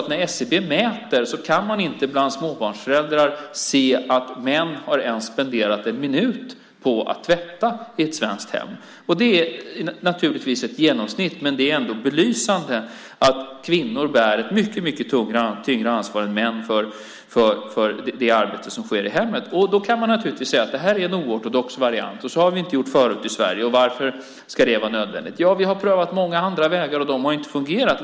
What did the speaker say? När SCB mäter kan man inte bland småbarnsföräldrar se att män har spenderat en enda minut på att tvätta i ett svenskt hem. Det är naturligtvis ett genomsnitt, men det är ändå belysande. Kvinnor bär ett mycket, mycket tyngre ansvar för det arbete som sker i hemmet. Man kan naturligtvis säga att detta är en oortodox variant. Så här har vi inte gjort förut i Sverige! Varför ska det vara nödvändigt? Vi har prövat andra vägar, och de har inte fungerat.